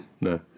No